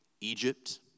Egypt